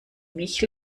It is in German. mich